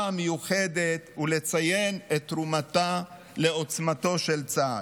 המיוחדת ולציין את תרומתה לעוצמתו של צה"ל.